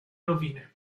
rovine